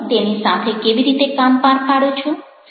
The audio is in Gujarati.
તમે તેની સાથે કેવી રીતે કામ પાર પાડો છો